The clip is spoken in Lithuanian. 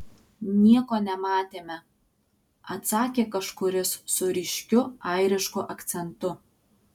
nieko nematėme atsakė kažkuris su ryškiu airišku akcentu